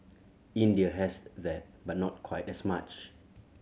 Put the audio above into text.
India has that but not quite as much